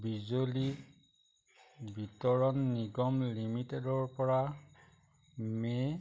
বিজুলী বিতৰণ নিগম লিমিটেডৰপৰা মে'